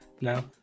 No